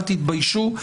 אל תתביישו,